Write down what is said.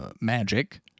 magic